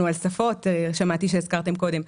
שמעתי שהזכרתם קודם.